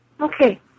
Okay